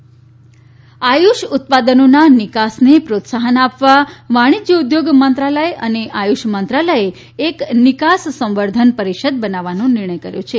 આયુષ નિકાસ આયુષ ઉત્પાદનોના નિકાસને પ્રોત્સાહનખ આપવા વાણિજય ઉદ્યોગ મંત્રાલય અને આયુષ મંત્રાલયે નિકાસ સંવર્ધન પરીષદ બનાવવાનો નિર્ણય કર્યા છે